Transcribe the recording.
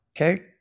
okay